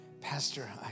Pastor